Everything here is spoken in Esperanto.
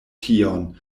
tion